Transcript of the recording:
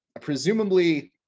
presumably